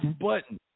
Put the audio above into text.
button